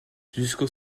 jusqu’aux